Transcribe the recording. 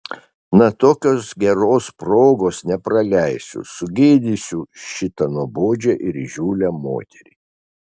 na tokios geros progos nepraleisiu sugėdysiu šitą nuobodžią ir įžūlią moterį